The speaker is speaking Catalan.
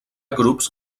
grups